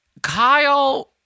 Kyle